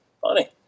funny